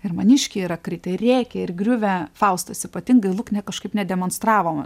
ir maniškiai yra kritę ir rėkę ir griuvę faustas ypatingai luknė kažkaip nedemonstravo man